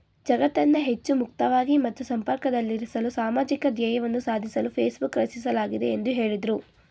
ಜಗತ್ತನ್ನ ಹೆಚ್ಚು ಮುಕ್ತವಾಗಿ ಮತ್ತು ಸಂಪರ್ಕದಲ್ಲಿರಿಸಲು ಸಾಮಾಜಿಕ ಧ್ಯೇಯವನ್ನ ಸಾಧಿಸಲು ಫೇಸ್ಬುಕ್ ರಚಿಸಲಾಗಿದೆ ಎಂದು ಹೇಳಿದ್ರು